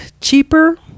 cheaper